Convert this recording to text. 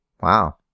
Wow